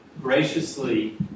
graciously